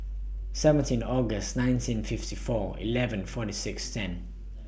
seventeen August nineteen fifty four eleven forty six ten